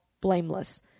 blameless